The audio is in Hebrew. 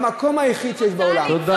במקום היחיד שיש בעולם -- היא רוצה